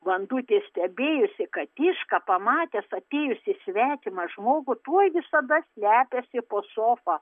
vandutė stebėjosi kad tyška pamatęs atėjusį svetimą žmogų tuoj visada slepiasi po sofa